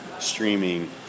Streaming